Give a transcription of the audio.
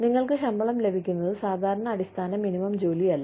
നിങ്ങൾക്ക് ശമ്പളം ലഭിക്കുന്നത് സാധാരണ അടിസ്ഥാന മിനിമം ജോലിയല്ല